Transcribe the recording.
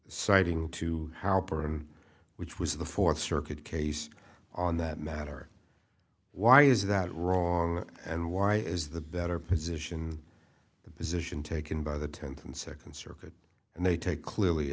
citing to how poor and which was the fourth circuit case on that matter why is that wrong and why is the better position the position taken by the tenth and second circuit and they take clearly a